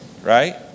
right